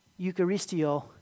Eucharistio